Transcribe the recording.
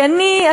כי אני,